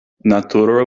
naturo